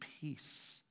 peace